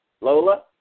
Lola